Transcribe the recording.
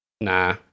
Nah